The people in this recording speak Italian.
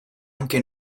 anche